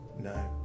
No